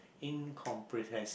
incomprehensive